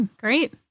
Great